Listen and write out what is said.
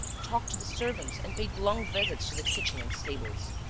talked to the servants and paid long visits to the kitchen and stables.